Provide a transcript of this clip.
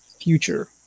future